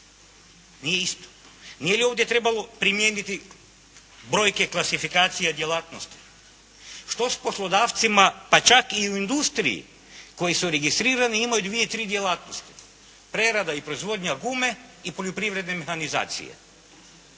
nije isto. Nije li ovdje trebalo primijeniti brojke, klasifikacije djelatnosti. Što sa poslodavcima pa čak i u industriji koji su registrirani i imaju dvije tri djelatnosti? Prerada i proizvodnja gume i poljoprivredne mehanizacije.